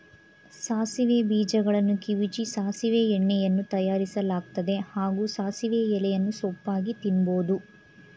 ಸಾಸಿವೆ ಬೀಜಗಳನ್ನು ಕಿವುಚಿ ಸಾಸಿವೆ ಎಣ್ಣೆಯನ್ನೂ ತಯಾರಿಸಲಾಗ್ತದೆ ಹಾಗೂ ಸಾಸಿವೆ ಎಲೆಯನ್ನು ಸೊಪ್ಪಾಗಿ ತಿನ್ಬೋದು